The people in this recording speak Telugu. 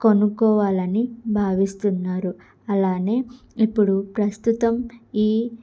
కొనుక్కోవాలని భావిస్తున్నారు అలానే ఇప్పుడు ప్రస్తుతం ఈ